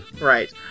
Right